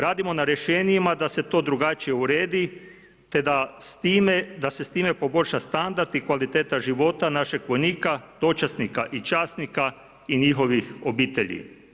Radimo na rješenjima da se to drugačije uredi, te da se s time poboljša standard i kvaliteta života naših vojnika, dočasnika i časnika i njihovih obitelji.